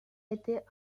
été